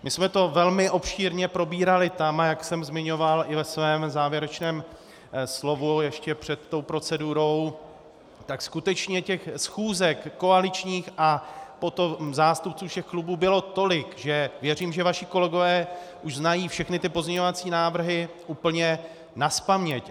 My jsme to velmi obšírně probírali tam, a jak jsem zmiňoval i ve svém závěrečném slovu ještě před procedurou, tak skutečně těch koaličních schůzek a zástupců všech klubů bylo tolik, že věřím, že vaši kolegové už znají všechny ty pozměňovací návrhy úplně nazpaměť.